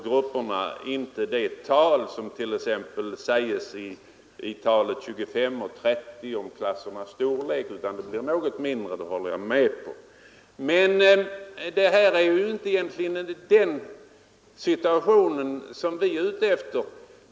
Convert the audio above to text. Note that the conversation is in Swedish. Genomsnittligt blir klasserna inte 25—30 elever, som det ibland "sägs, det håller jag med om. De blir något mindre. Men det är egentligen inte den saken vi här är ute efter.